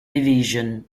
division